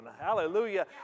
Hallelujah